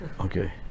Okay